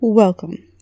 Welcome